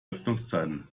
öffnungszeiten